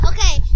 Okay